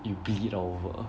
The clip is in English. you bleed all over